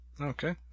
Okay